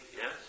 Yes